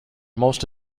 most